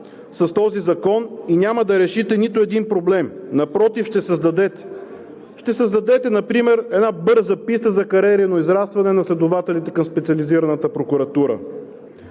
с този закон и няма да решите нито един проблем. Напротив, ще създадете! Ще създадете например една бърза писта за кариерно израстване на следователите към Специализираната прокуратура.